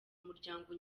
umuryango